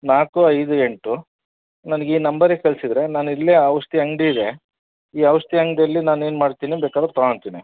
ನಾಲ್ಕು ಐದು ಎಂಟು ನನ್ಗೆ ಈ ನಂಬರಿಗೆ ಕಳಿಸಿದ್ರೆ ನಾನು ಇಲ್ಲೇ ಔಷಧಿ ಅಂಗಡಿ ಇದೆ ಈ ಔಷಧಿ ಅಂಗಡೀಲಿ ನಾನು ಏನು ಮಾಡ್ತೀನಿ ಬೇಕಾದರೆ ತೊಗೊತೀನಿ